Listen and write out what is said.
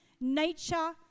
nature